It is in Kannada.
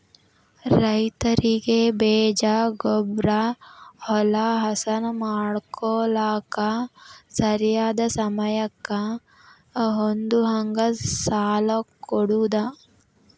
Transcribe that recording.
ರೈತರಿಗೆ ಬೇಜ, ಗೊಬ್ಬ್ರಾ, ಹೊಲಾ ಹಸನ ಮಾಡ್ಕೋಳಾಕ ಸರಿಯಾದ ಸಮಯಕ್ಕ ಹೊಂದುಹಂಗ ಸಾಲಾ ಕೊಡುದ